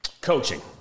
coaching